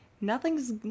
Nothing's